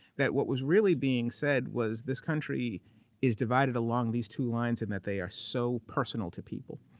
that what was really being said was this country is divided along these two lines, and that they are so personal to people.